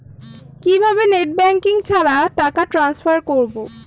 কিভাবে net banking ছাড়া টাকা ট্রান্সফার করবো?